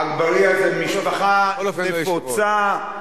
אגבאריה זו משפחה נפוצה,